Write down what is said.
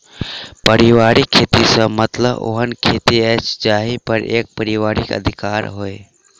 पारिवारिक खेत सॅ मतलब ओहन खेत अछि जाहि पर एक परिवारक अधिकार होय